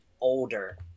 older